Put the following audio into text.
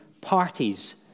parties